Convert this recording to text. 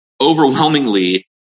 overwhelmingly